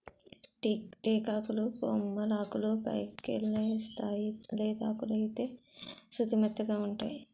టేకాకులు కొమ్మలాకులు పైకెలేస్తేయ్ లేతాకులైతే సుతిమెత్తగావుంటై